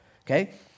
okay